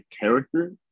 character